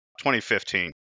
2015